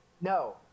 No